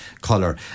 colour